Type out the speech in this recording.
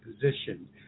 position